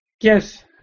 Yes